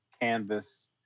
canvas